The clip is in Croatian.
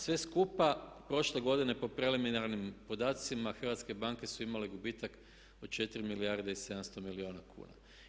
Sve skupa prošle godine po preliminarnim podacima hrvatske banke su imale gubitak od 4 milijarde i 700 milijuna kuna.